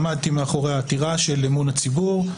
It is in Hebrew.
עמדתי מאחורי העתירה של "אמון הציבור".